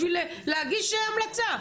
בשביל להגיש המלצה,